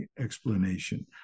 explanation